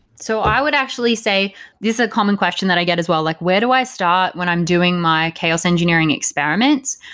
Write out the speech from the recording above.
so i would actually say this is a common question that i get as well. like where do i start when i'm doing my chaos engineering experiments?